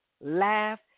laugh